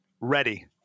ready